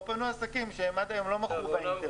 או שפנו עסקים שעד היום לא מכרו באינטרנט.